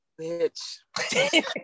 Bitch